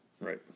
Right